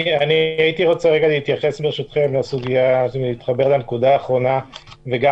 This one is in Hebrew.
אני רוצה להתחבר לנקודה האחרונה וגם